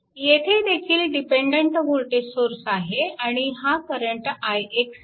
येथेदेखील dependent voltage source आहे आणि हा करंट ix आहे